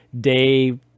day